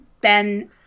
Ben